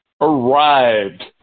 arrived